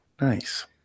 Nice